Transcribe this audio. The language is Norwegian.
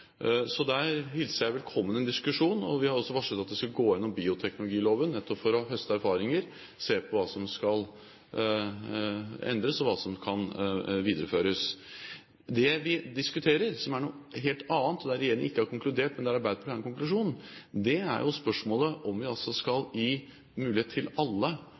Der hilser jeg velkommen en diskusjon. Vi har også varslet at vi skal gå igjennom bioteknologiloven nettopp for å høste erfaringer, se på hva som skal endres, og hva som kan videreføres. Det vi diskuterer, som er noe helt annet, og der regjeringen ikke har konkludert, men der Arbeiderpartiet har en konklusjon, er jo spørsmålet om vi skal gi alle mulighet til